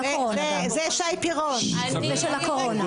זה שי פירון, --- על זה אנחנו בוכים.